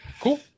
Cool